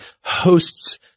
hosts